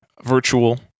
virtual